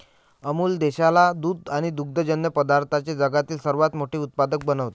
अमूल देशाला दूध आणि दुग्धजन्य पदार्थांचे जगातील सर्वात मोठे उत्पादक बनवते